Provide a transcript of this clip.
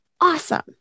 awesome